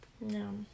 No